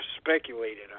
speculated